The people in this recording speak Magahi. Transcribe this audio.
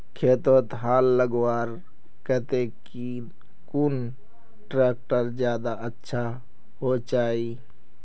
खेतोत हाल लगवार केते कुन ट्रैक्टर ज्यादा अच्छा होचए?